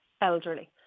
elderly